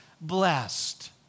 blessed